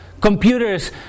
computers